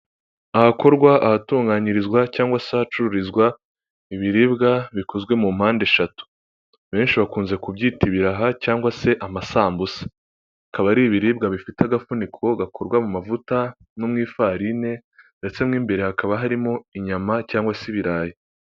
Ahakorwa ahatunganyirizwa cyangwa se ahacururizwa ibiribwa bikozwe mu mpande eshatu benshi bakunze kubyita ibiraha cyangwa se amasambusa, bikaba ari ibiribwa bifite agafuniko gakorwa mu mavuta no mu ifarine ndetse mu imbere hakaba harimo inyama cyangwa se ibirayi.